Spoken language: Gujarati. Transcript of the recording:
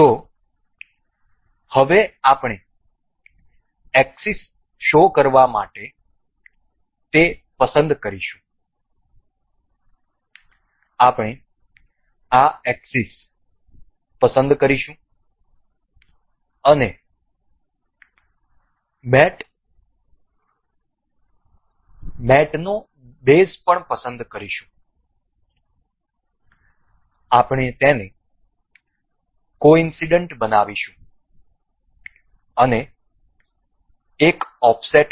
તેથી હવે આપણે એક્સિસ શો કરવા માટે તે પસંદ કરીશું આપણે આ એક્સિસ પસંદ કરીશું અને આ મેટનો બેઝ પસંદ કરીશું અને આપણે તેને કોઇન્સડનટ બનાવીશું અને એક ઓફસેટ પર